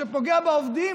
שפוגע בעובדים,